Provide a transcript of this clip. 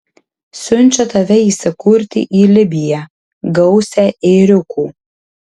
siunčia tave įsikurti į libiją gausią ėriukų